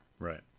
Right